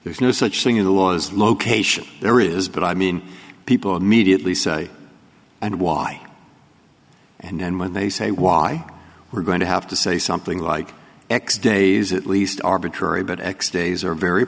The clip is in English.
there's no such thing in the law as location there is but i mean people immediately say and why and when they say why we're going to have to say something like x days at least arbitrary but x days are very